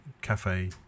Cafe